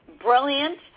brilliant